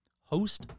Host